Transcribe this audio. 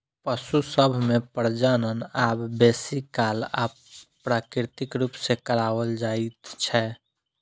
पशु सभ मे प्रजनन आब बेसी काल अप्राकृतिक रूप सॅ कराओल जाइत छै